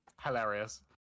Hilarious